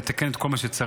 לתקן את כל מה שצריך,